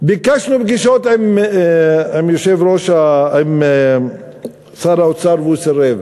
ביקשנו פגישות עם שר האוצר והוא סירב.